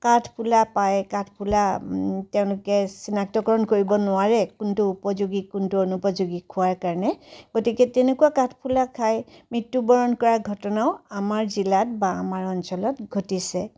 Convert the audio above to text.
কাঠফুলা পায় কাঠফুলা তেওঁলোকে চিনাক্তকৰণ কৰিব নোৱাৰে কোনটো উপযোগী কোনটো অনুপযোগী খোৱাৰ কাৰণে গতিকে তেনেকুৱা কাঠফুলা খাই মৃত্য়বৰণ কৰা ঘটনাও আমাৰ জিলাত বা আমাৰ অঞ্চলত ঘটিছে